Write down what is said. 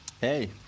Hey